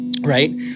Right